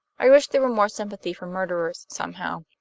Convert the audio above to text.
i wish there were more sympathy for murderers, somehow.